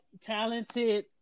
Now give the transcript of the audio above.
talented